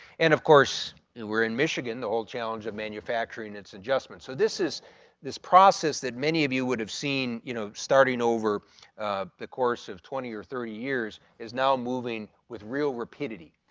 and of course and we're in michigan the old challenge of manufacturing its adjustment. so this is this process that many of you would have seen, you know, starting over a course of twenty or thirty years is now moving with real rapidity.